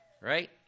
right